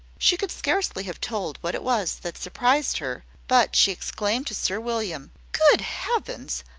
she could scarcely have told what it was that surprised her but she exclaimed to sir william good heavens!